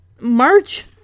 March